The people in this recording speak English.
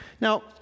Now